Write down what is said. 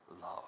love